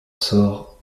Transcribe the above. sort